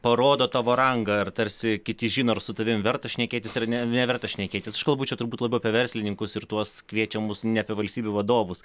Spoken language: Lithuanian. parodo tavo rangą ar tarsi kiti žino ar su tavim verta šnekėtis ar ne neverta šnekėtis aš kalbu čia turbūt labiau apie verslininkus ir tuos kviečiamus ne apie valstybių vadovus